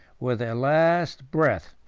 with their last breath,